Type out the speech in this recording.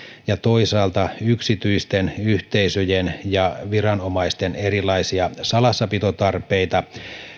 ja toisaalta yksityisten yhteisöjen ja viranomaisten erilaisia salassapito tarpeita